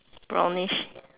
brownish